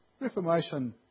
Reformation